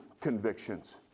convictions